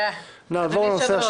כאמור,